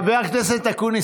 חבר הכנסת אקוניס,